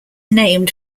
named